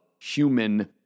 human